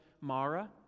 Mara